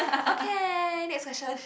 okay next question